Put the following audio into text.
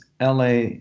LA